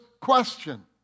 question